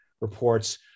reports